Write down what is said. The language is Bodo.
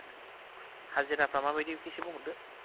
हाजिराफ्रा माबायदि एसे बुंहरदो